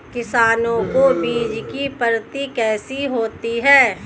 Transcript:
किसानों को बीज की प्राप्ति कैसे होती है?